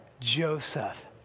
Joseph